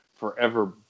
forever